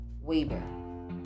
Weber